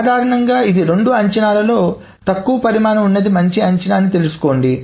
సాధారణంగా ఇది రెండు అంచనాలలో తక్కువ పరిమాణం ఉన్నది మంచి అంచనా అని తెలుసుకోండి